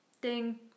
Ding